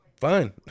fine